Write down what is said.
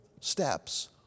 steps